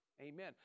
Amen